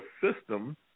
system